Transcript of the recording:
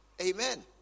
Amen